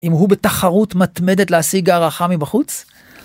אם הוא בתחרות מתמדת להשיג הערכה מבחוץ.